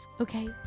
Okay